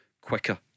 quicker